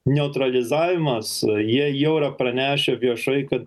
neutralizavimas jie jau yra pranešę viešai kad